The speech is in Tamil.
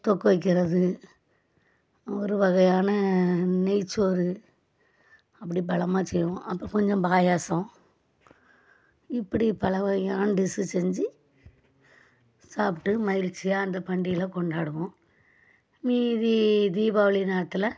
தொக்கு வைக்கிறது ஒரு வகையான நெய்ச்சோறு அப்படி பலமாக செய்வோம் அப்புறம் கொஞ்சம் பாயாசம் இப்படி பல வகையான டிஸ்ஸு செஞ்சு சாப்பிட்டு மகிழ்ச்சியா அந்த பண்டிகைகளை கொண்டாடுவோம் மீதி தீபாவளி நேரத்தில்